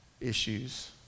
issues